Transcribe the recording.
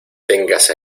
ténganse